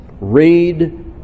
Read